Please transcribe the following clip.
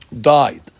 died